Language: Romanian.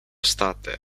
state